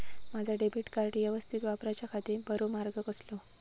माजा debit card यवस्तीत वापराच्याखाती बरो मार्ग कसलो?